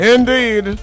Indeed